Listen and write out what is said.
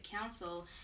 Council